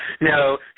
No